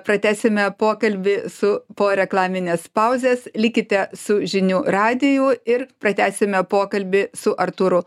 pratęsime pokalbį su po reklaminės pauzės likite su žinių radiju ir pratęsime pokalbį su artūru